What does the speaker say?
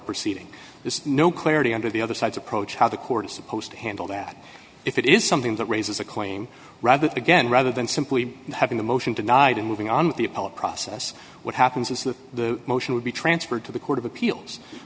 proceeding is no clarity under the other side's approach how the court is supposed to handle that if it is something that raises a claim rather again rather than simply having the motion denied and moving on with the appellate process what happens is that the motion would be transferred to the court of appeals